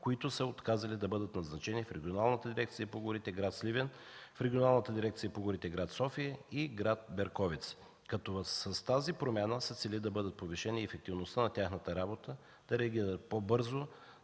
които са отказали да бъдат назначени в Регионалната дирекция по горите – град Сливен, в Регионалната дирекция по горите – град София и град Берковица, като с тази промяна се цели да бъде повишена ефективността на тяхната работа, да реагират по-бързо